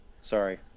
Sorry